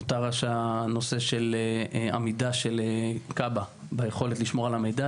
נותר רק הנושא של המידה של כיבוי אש ביכולת לשמור על המידע,